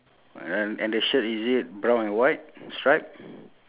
the right the towel is falling on the ground